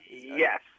Yes